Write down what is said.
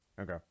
Okay